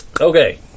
Okay